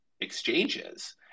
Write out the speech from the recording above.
exchanges